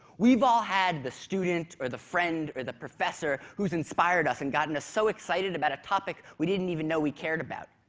we've all had the student or the friend or the professor who's inspired us and gotten us so excited about a topic we didn't even know we cared about.